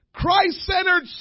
Christ-centered